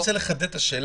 אני רוצה לחדד את השאלה.